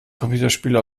computerspiele